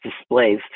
displays